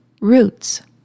roots